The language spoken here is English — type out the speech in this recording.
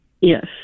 Yes